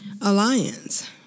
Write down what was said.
alliance